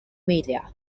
media